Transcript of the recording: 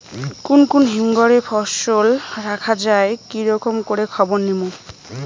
কুন কুন হিমঘর এ ফসল রাখা যায় কি রকম করে খবর নিমু?